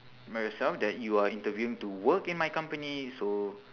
remind yourself that you are interviewing to work in my company so